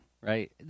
right